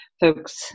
folks